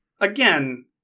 Again